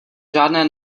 žádné